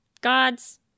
Gods